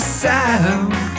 sound